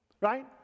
right